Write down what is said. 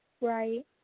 Right